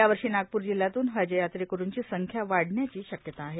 यावर्षी नागपूर जिल्ह्यातून हज यात्रेकरूंची संख्या वाढण्याची शक्यता आहे